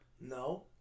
No